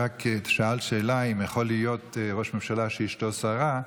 רק שאלת שאלה אם יכול להיות ראש ממשלה שאשתו שרה.